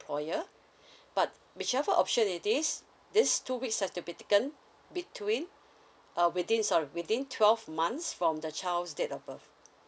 employer but whichever option it is these two weeks have to be taken between uh within sorry within twelve months from the child's date of birth